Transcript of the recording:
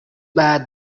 bad